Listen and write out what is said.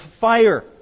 fire